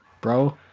bro